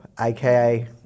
AKA